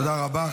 תודה רבה.